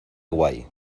guay